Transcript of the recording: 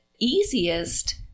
easiest